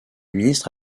ministre